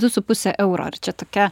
du su puse euro ar čia tokia